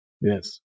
Yes